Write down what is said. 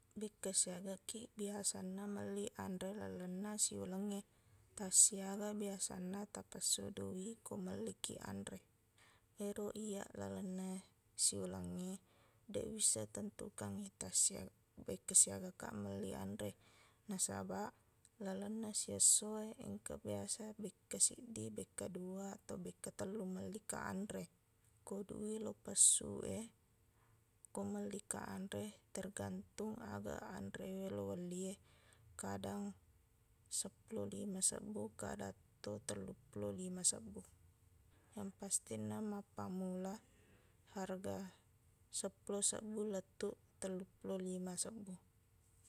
Bekke siagakiq biasanna melli anre lalenna siulengnge tassiaga biasanna tapessuq duiq ko mellikiq anre ero iyaq lalenna siulengnge deq wisseng tentutangngi tassiaga- bekke siagakaq melli anre nasabaq lalenna siessowe engka biasa bekke siddi bekke dua ato bekke tellu mellikaq anre ko duiq lopessuq e ko mellikaq anre tergantung aga anre weloq welli e kadang seppulo lima sebbu kadatto telluppulo lima sebbu yang pastinna mappammula harga seppulo sebbu lettuq telluppulo lima sebbu